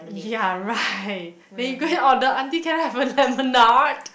ya right when you go and order auntie can I have a lemonade